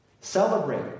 Celebrate